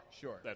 Sure